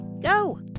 Go